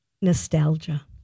Nostalgia